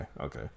okay